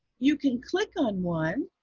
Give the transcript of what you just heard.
you can click on one,